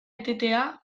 etetea